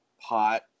pot